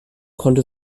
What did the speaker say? konnte